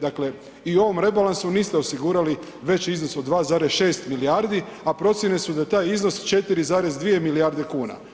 Dakle, i u ovom rebalansu niste osigurali veći iznos od 1,6 milijardi, a procjene su da je taj iznos 4,2 milijarde kuna.